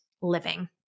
living